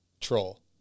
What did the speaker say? troll